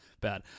bad